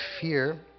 fear